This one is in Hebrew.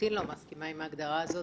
לחלוטין לא מסכימה עם ההגדרה הזאת,